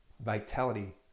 Vitality